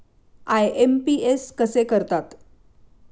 IMPS कसे करतात?